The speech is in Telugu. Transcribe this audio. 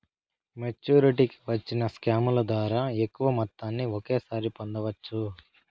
మెచ్చురిటీకి వచ్చిన స్కాముల ద్వారా ఎక్కువ మొత్తాన్ని ఒకేసారి పొందవచ్చు